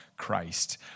Christ